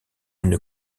une